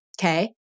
okay